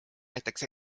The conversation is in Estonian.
näiteks